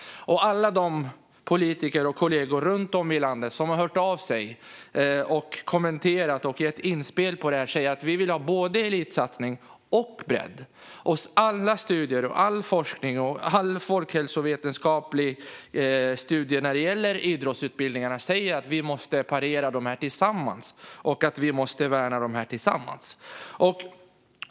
Alla politiker och kollegor runt om i landet som har hört av sig, kommenterat och gett inspel säger: Vi vill ha både elitsatsning och bredd. All forskning och alla folkhälsovetenskapliga studier när det gäller idrottsutbildning säger att vi måste parera och värna de här tillsammans.